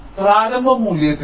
പ്രാരംഭ മൂല്യത്തിന്റെ